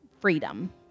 freedom